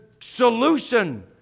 solution